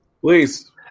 Please